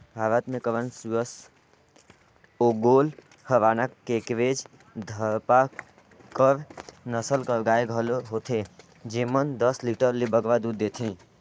भारत में करन स्विस, ओंगोल, हराना, केकरेज, धारपारकर नसल कर गाय घलो होथे जेमन दस लीटर ले बगरा दूद देथे